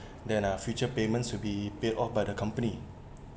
then uh future payments will be paid off by the company